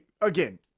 again